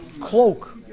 cloak